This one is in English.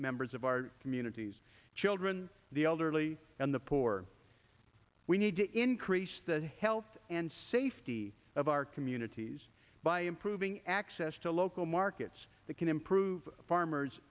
members of our communities children the elderly and the poor we need to increase the health and safety of our communities by improving access to local markets that can improve farmers